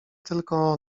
tylko